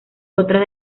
otras